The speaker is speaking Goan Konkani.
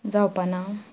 जावपाना